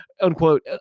Unquote